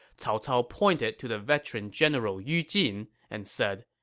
cao cao pointed to the veteran general yu jin and said,